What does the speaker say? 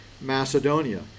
Macedonia